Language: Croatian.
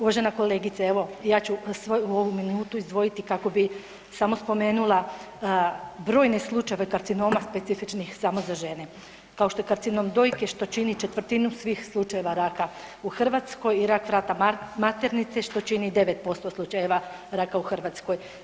Uvažena kolegice, evo ja ću ovu minutu izdvojiti kako bih samo spomenula brojne slučajeve karcinoma specifičnih samo za žene kao što je karcinom dojke što čini četvrtinu svih slučajeva raka u Hrvatskoj i rak vrata maternice što čini 9% slučajeva raka u Hrvatskoj.